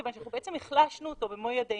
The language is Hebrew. כיוון שאנחנו בעצם החלשנו אותו במו ידינו.